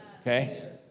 okay